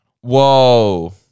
Whoa